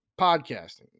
podcasting